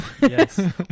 Yes